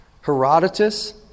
Herodotus